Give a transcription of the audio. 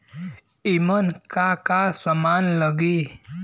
ईमन का का समान लगी?